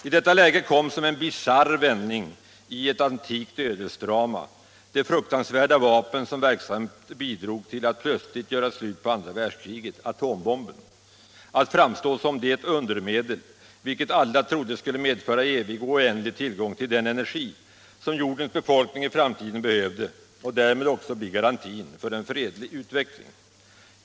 I detta läge kom som en bisarr vändning i ett antikt ödesdrama det fruktansvärda vapen som verksamt bidrog till att plötsligt göra slut på andra världskriget, atombomben, att framstå som det undermedel som alla trodde skulle medföra evig och oändlig tillgång till den energi som jordens befolkning i framtiden behöver och därmed också bli garantin för en fredlig utveckling.